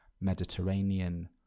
mediterranean